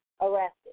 arrested